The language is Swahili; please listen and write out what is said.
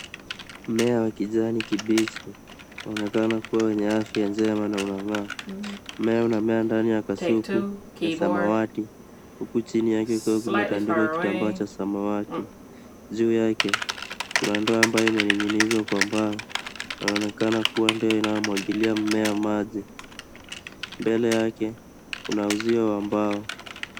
Mmea wa kijani kibichi unaonekana kuwa wenye afya njema na unangaa',mmea unamea ndani ya kasuku ya samawati huku chini yake ukiwa kumetandikwa kitambaa cha samawati, juu yake kuna ndoo ambaye imeningi'nizwa kwa mbao inaoonekana kuwa ndoo inayomwangalia mmea maji, mbele yake kuna uziwa wa mbao.